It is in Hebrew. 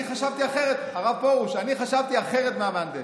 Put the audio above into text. הרב פרוש, אני חשבתי אחרת מהמהנדס.